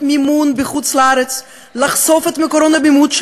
מימון מחוץ-לארץ לחשוף את מקורות המימון,